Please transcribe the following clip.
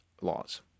laws